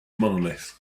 monolith